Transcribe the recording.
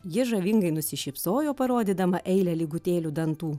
ji žavingai nusišypsojo parodydama eilę lygutėliu dantų